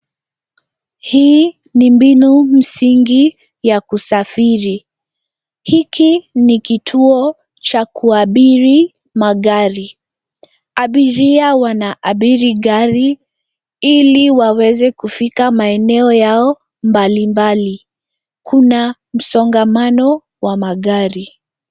Hii ni mbinu msingi ya kusafiri. Hiki ni kituo cha kuabiri magari. Abiria wanaabiri gari ili waweze kufika maeneo yao mbali mbali. Kuna msongamano wa magari.